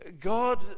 God